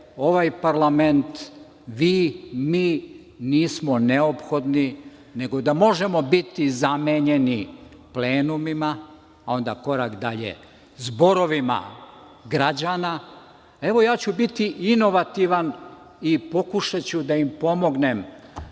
ovaj parlament, vi, mi nismo neophodni, nego da možemo biti zamenjeni plenumima, onda korak dalje zborovima građana. Evo, ja ću biti inovativan i pokušaću da im pomognem,